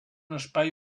espai